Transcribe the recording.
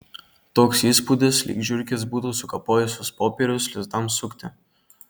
toks įspūdis lyg žiurkės būtų sukapojusios popierius lizdams sukti